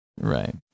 right